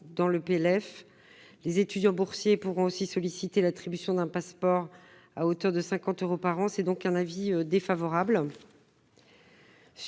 présent PLF. Les étudiants boursiers pourront aussi solliciter l'attribution d'un Pass'Sport à hauteur de 50 euros par an. J'émets, partant, un avis défavorable